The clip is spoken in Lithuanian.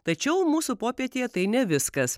tačiau mūsų popietėje tai ne viskas